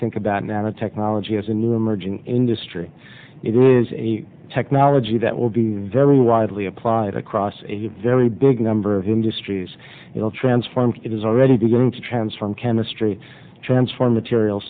think about nanotechnology as an emerging industry it is a technology that will be very widely applied across a very big number of industries it will transform it is already going to transform chemistry transform material